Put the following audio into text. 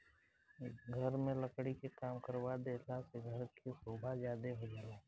घर में लकड़ी के काम करवा देहला से घर के सोभा ज्यादे हो जाला